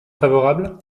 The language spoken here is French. favorable